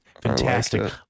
fantastic